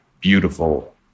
beautiful